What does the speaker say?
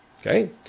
Okay